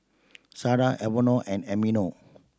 Sada Evonne and Emilio